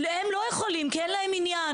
הם לא יכולים כי אין להם עניין.